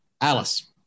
Alice